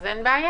אז אין בעיה.